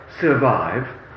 survive